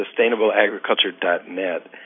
sustainableagriculture.net